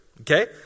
Okay